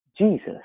Jesus